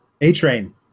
A-Train